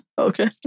okay